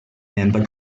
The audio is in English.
member